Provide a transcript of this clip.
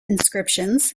inscriptions